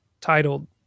titled